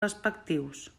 respectius